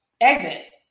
Exit